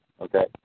Okay